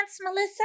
Melissa